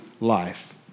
life